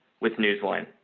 with newsline.